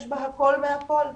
יש בה הכול מהכול.